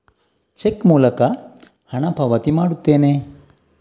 check ಮೂಲಕ ಹಣ ಪಾವತಿ ಮಾಡುತ್ತೇನೆ